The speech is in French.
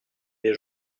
des